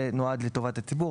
זה נועד לטובת הציבור,